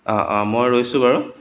অঁ অঁ মই ৰৈছোঁ বাৰু